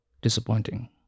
Disappointing